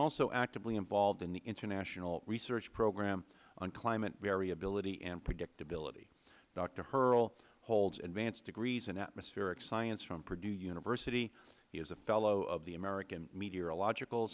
also actively involved in the international research program on climate variability and predictability doctor hurrell holds advanced degrees in atmospheric science from purdue university he is a fellow of the american meteorological